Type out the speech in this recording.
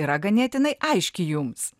yra ganėtinai aiški jums